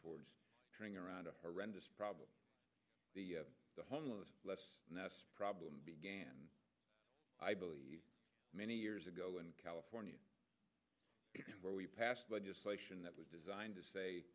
towards trying around a horrendous problem the homeless less and less problem began i believe many years ago in california where we passed legislation that was designed to say